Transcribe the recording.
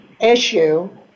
issue